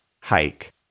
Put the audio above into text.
hike